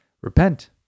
repent